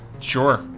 Sure